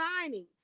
signing